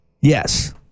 Yes